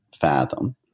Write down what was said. fathom